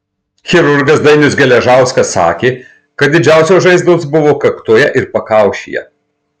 chirurgas dainius geležauskas sakė kad didžiausios žaizdos buvo kaktoje ir pakaušyje